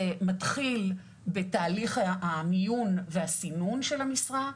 זה מתחיל בתהליך המיון והסינון של המשרה.